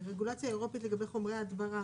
שהרגולציה האירופית לגבי חומרי הדברה